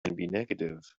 negative